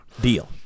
deal